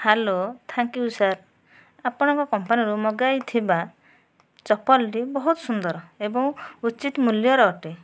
hello thank you sir ଆପଣ ଆମ କମ୍ପାନିରୁ ମଗାଇଥିବା ଚପଲଟି ବହୁତ ସୁନ୍ଦର ଏବଂ ଉଚିତ ମୂଲ୍ୟର